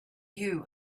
you